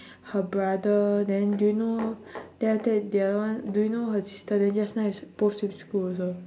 her brother then do you know then after that the other one do you know her sister then just nice both same school also